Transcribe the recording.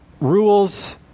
rules